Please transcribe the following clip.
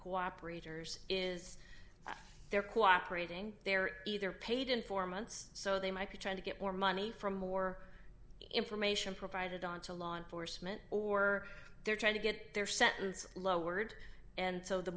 cooperators is they're cooperating they're either paid informants so they might be trying to get more money from more information provided on to law enforcement or they're trying to get their sentence lowered and so the